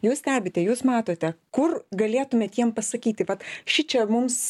jūs stebite jūs matote kur galėtumėt jiem pasakyti vat šičia mums